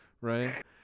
right